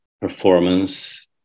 performance